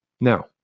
Now